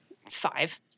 Five